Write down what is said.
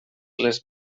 les